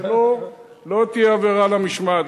זו לא תהיה עבירה על המשמעת.